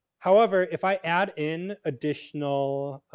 however, if i add in additional